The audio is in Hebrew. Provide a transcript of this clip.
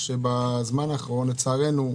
שבזמן האחרון לצערנו,